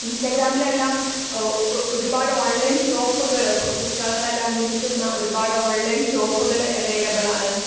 ഇൻസ്റ്റഗ്രാമിലെല്ലാം ഒരുപാട് ഓൺലൈൻ ഷോപ്പുകൾ പുസ്തകങ്ങളെല്ലാം വിൽക്കുന്ന ഒരുപാട് ഓൺലൈൻ ഷോപ്പുകൾ അവൈലബിൾ ആണ്